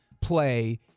play